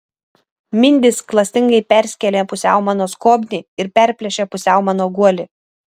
mindys klastingai perskėlė pusiau mano skobnį ir perplėšė pusiau mano guolį